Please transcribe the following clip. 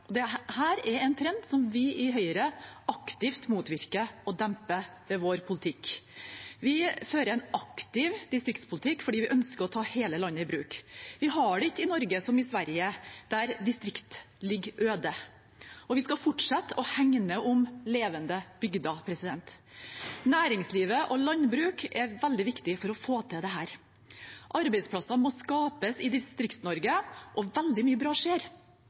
trend som vi i Høyre aktivt motvirker og demper ved vår politikk. Vi fører en aktiv distriktspolitikk fordi vi ønsker å ta hele landet i bruk. Vi har det ikke i Norge som i Sverige, der distrikt ligger øde. Vi skal fortsette å hegne om levende bygder. Næringslivet og landbruket er veldig viktig for å få til dette. Arbeidsplasser må skapes i Distrikts-Norge, og veldig mye bra skjer.